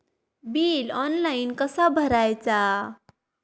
Bill online कसा भरायचा?